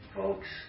folks